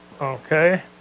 Okay